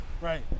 right